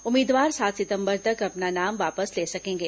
उम्मीदवार सात सितंबर तक अपना नाम वापस ले सकेंगे